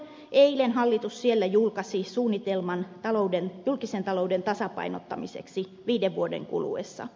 eilen hallitus siellä julkaisi suunnitelman julkisen talouden tasapainottamiseksi viiden vuoden kuluessa